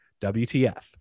WTF